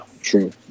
true